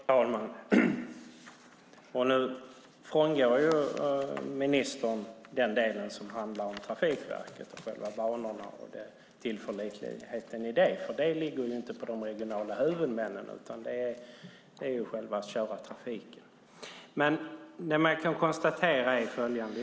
Fru talman! Nu frångår ministern den del som handlar om Trafikverket, själva banorna och tillförlitligheten där. Det ligger ju inte på de regionala huvudmännen, utan de ska köra själva trafiken. Man kan konstatera följande.